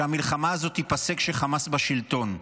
שהמלחמה הזאת תיפסק כשחמאס בשלטון.